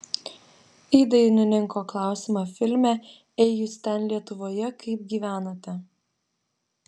į dainininko klausimą filme ei jūs ten lietuvoje kaip gyvenate